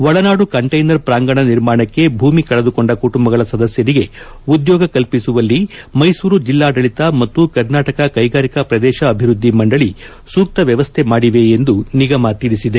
ಒಳನಾಡು ಕಂಟೈನರ್ ಪ್ರಾಂಗಣ ನಿರ್ಮಾಣಕ್ಕೆ ಭೂಮಿ ಕಳೆದುಕೊಂಡ ಕುಟುಂಬಗಳ ಸದಸ್ತರಿಗೆ ಉದ್ಯೋಗ ಕಲ್ಪಿಸುವಲ್ಲಿ ಮೈಸೂರು ಜಿಲ್ನಾಡಳಿತ ಮತ್ತು ಕರ್ನಾಟಕ ಕೈಗಾರಿಕಾ ಪ್ರದೇಶ ಅಭಿವೃದ್ದಿ ಮಂಡಳಿ ಸೂಕ್ತ ವ್ಯವಸ್ಥೆ ಮಾಡಿದೆ ಎಂದು ನಿಗಮ ತಿಳಿಸಿದೆ